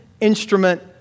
instrument